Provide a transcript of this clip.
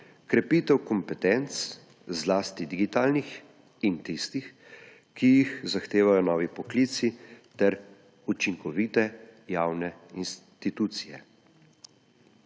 Krepitev kompetenc, zlasti digitalnih in tistih, ki jih zahtevajo novi poklici ter učinkovite javne institucije.